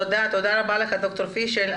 תודה רבה ד"ר פישל.